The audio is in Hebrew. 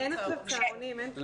אין עכשיו צהרונים, אין כלום.